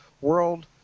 world